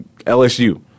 LSU